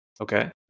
okay